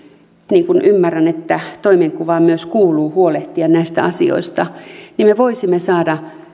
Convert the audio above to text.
niin kuin ymmärrän toimenkuvaan myös kuuluu huolehtia näistä asioista että me voisimme saada